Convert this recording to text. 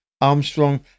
Armstrong